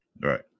right